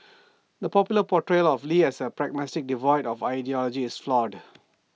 the popular portrayal of lee as A pragmatist devoid of ideology is flawed